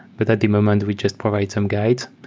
but at the moment, we just provide some guides,